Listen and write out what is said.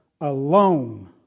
alone